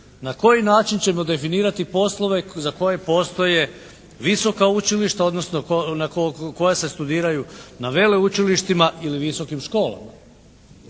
na koji način ćemo definirati poslove za koje postoje visoka učilišta odnosno koja se studiraju na veleučilištima ili visokim školama.